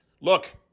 Look